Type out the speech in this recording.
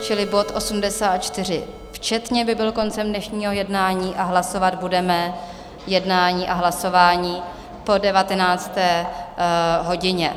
Čili bod 84 včetně by byl koncem našeho jednání a hlasovat budeme jednání a hlasování po 19. hodině.